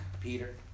Peter